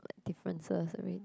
differences already